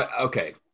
okay